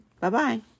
Bye-bye